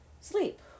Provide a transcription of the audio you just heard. sleep